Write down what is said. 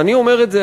ואני אומר את זה,